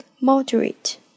Moderate